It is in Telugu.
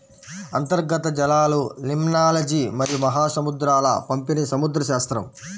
అంతర్గత జలాలలిమ్నాలజీమరియు మహాసముద్రాల పంపిణీసముద్రశాస్త్రం